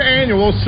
annual